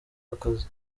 akazi